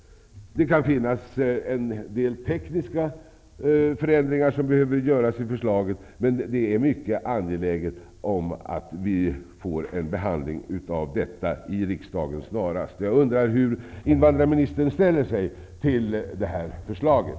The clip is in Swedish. Det kan finnas en del tekniska förändringar som behöver göras i förslaget, men det är mycket angeläget att vi snarast får en behandling av detta i riksdagen. Jag undrar hur invandrarministern ställer sig till det här förslaget.